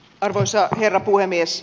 arvoisa herra puhemies